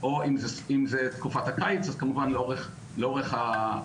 או אם זה תקופת הקיץ אז לאורך הקיץ.